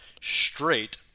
straight